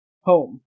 home